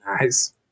Nice